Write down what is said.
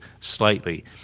slightly